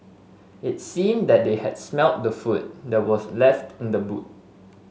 it seemed that they had smelt the food that was left in the boot